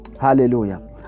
Hallelujah